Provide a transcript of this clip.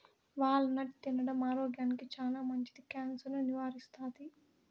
wall నట్ తినడం ఆరోగ్యానికి చానా మంచిది, క్యాన్సర్ ను నివారిస్తాది